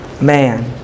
man